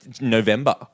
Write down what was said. November